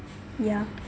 ya